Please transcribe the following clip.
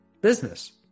business